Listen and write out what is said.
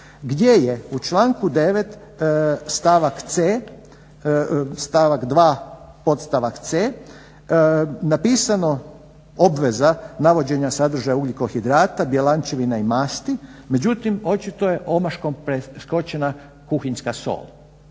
gdje je u članku 9. stavak 2. podstavak c) napisano obveza navođenja sadržaja ugljikohidrata bjelančevina i masti, međutim očito je omaškom preskočena kuhinjska sol.